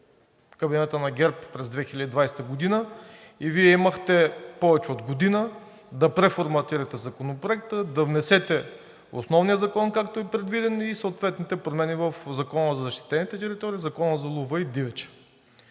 от кабинета на ГЕРБ през 2020 г. и Вие имахте повече от година да преформатирате Законопроекта, да внесете основния закон, както е предвиден, и съответните промени в Закона за защитените територии, Закона за лова и дивеча.